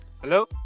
Hello